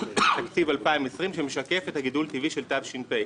תקציב 2020 שמשקף את הגידול הטבעי של תש"פ.